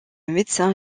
médecin